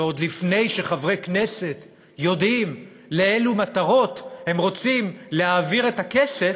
ועוד לפני שחברי הכנסת יודעים לאילו מטרות הם רוצים להעביר את הכסף,